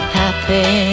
happy